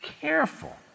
careful